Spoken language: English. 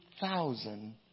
thousand